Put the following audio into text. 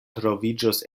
troviĝos